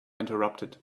interrupted